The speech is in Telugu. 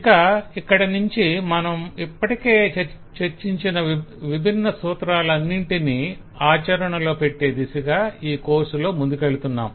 ఇక ఇక్కడ నుంచి మనం ఇప్పటికే చర్చించిన విభిన్న సూత్రాలన్నింటిని ఆచరణలో పెట్టే దిశగా ఈ కోర్స్ లో ముందుకెళ్లుతున్నాం